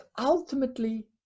ultimately